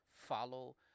follow